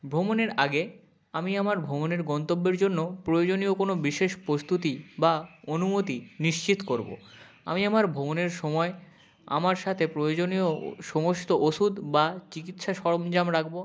ভ্রমণের আগে আমি আমার ভ্রমণের গন্তব্যের জন্য প্রয়োজনীয় কোনো বিশেষ প্রস্তুতি বা অনুমতি নিশ্চিত করবো আমি আমার ভ্রমণের সময় আমার সাতে প্রয়োজনীয় সমস্ত ওষুধ বা চিকিৎসা সরঞ্জাম রাখবো